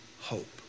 hope